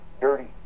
dirty